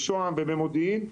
בשוהם ובמודיעין.